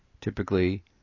typically